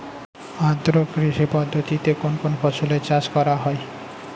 আদ্র কৃষি পদ্ধতিতে কোন কোন ফসলের চাষ করা হয়?